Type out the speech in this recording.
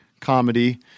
comedy